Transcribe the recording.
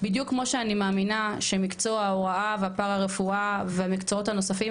בדיוק כמו שאני מאמינה שמקצוע ההוראה והפרה-רפואה והמקצועות הנוספים,